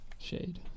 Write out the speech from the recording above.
shade